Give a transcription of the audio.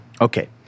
Okay